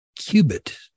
qubit